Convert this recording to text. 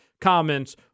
comments